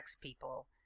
people